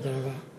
תודה רבה.